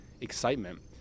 excitement